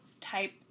type